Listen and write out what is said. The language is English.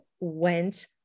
went